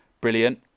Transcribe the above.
brilliant